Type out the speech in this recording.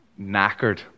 knackered